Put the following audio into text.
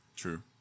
true